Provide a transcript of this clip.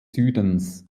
südens